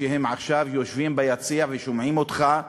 שעכשיו יושבים ביציע ושומעים אותך?